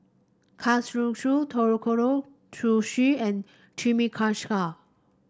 Kalguksu Ootoro Sushi and Chimichangas